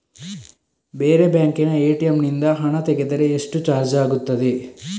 ಬೇರೆ ಬ್ಯಾಂಕಿನ ಎ.ಟಿ.ಎಂ ನಿಂದ ಹಣ ತೆಗೆದರೆ ಎಷ್ಟು ಚಾರ್ಜ್ ಆಗುತ್ತದೆ?